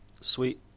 Sweet